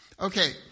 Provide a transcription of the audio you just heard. Okay